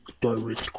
direct